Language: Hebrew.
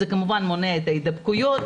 זה כמובן מודע הידבקויות,